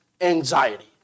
anxiety